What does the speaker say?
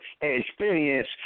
experience